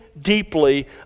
deeply